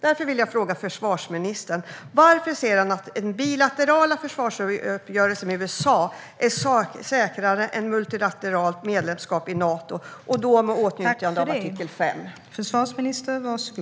Därför vill jag fråga försvarsministern: Varför ser han att en bilateral försvarsuppgörelse med USA är säkrare än ett multilateralt medlemskap i Nato - med åtnjutande av artikel 5?